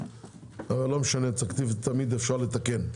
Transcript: אבל לא משנה תקציב תמיד אפשר לתקן.